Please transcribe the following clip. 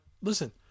listen